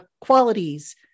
qualities